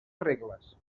regles